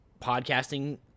podcasting